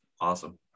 awesome